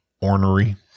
Ornery